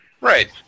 Right